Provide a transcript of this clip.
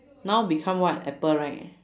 now become what apple right